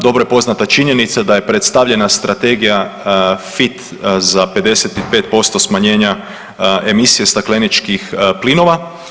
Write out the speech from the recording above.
Dobro je poznata činjenica je predstavljena strategija FIT za 55% smanjenja emisije stakleničkih plinova.